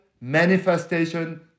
manifestation